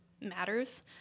matters